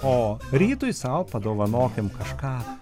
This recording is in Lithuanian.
o rytui sau padovanokim kažką